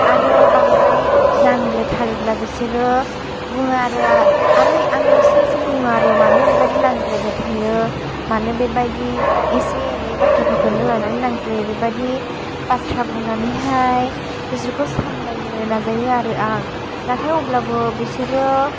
आरो बांद्राय नांलाय थारोब्ला बिसोरो बुङा आरो आरै आङो एसे एसे बुङो आरो मानो बिबायदि नांज्लायबायथायो मानो बेबायदि एसे एनै बाथ्राफोरखौनो लानानै नांज्लायो बेबायदि बाथ्रा बुंनानैहाय बिसोरखौ सामलायनो नाजायो आरो आं नाथाय अब्लाबो बिसोरो